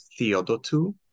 Theodotu